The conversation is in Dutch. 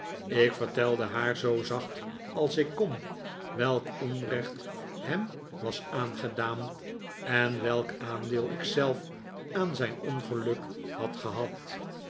ik vertelde haar zoo zacht als ik kon welk onrecht hem was aangedaan en welk aandeel ik zelf aan zijn ongeluk had gehad